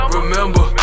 Remember